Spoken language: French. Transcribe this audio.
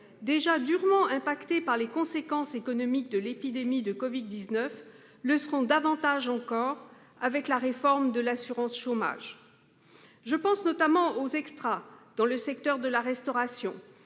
déjà durement affectés par les conséquences économiques de l'épidémie de Covid-19, le seront davantage encore avec la réforme de l'assurance chômage. Je pense notamment aux extras de la restauration,